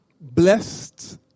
Blessed